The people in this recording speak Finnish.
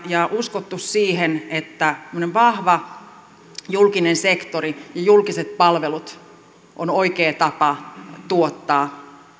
ja uskoneet siihen että tämmöinen vahva julkinen sektori ja julkiset palvelut on oikea tapa tuottaa